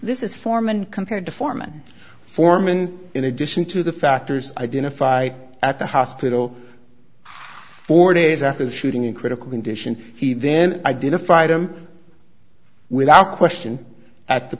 this is foreman compared to foreman foreman in addition to the factors identify at the hospital four days after the shooting in critical condition he then identified him without question at the